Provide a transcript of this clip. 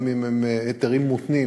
גם אם הם היתרים מותנים,